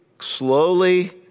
slowly